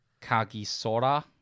Kagisora